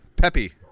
peppy